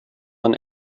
man